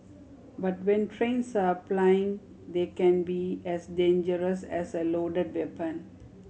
but when trains are plying they can be as dangerous as a loaded weapon